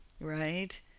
right